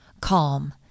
Calm